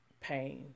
pain